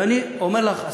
ואני אומר לך,